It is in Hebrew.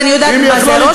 ואני יודעת מה זה.